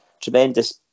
tremendous